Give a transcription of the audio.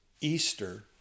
Easter